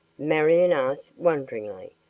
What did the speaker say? marion asked wonderingly.